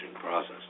process